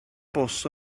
bws